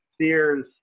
sears